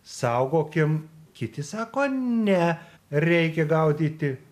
saugokim kiti sako ne reikia gaudyti